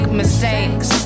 mistakes